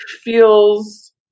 feels